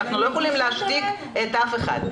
אנחנו לא יכולים להשתיק אף אחד.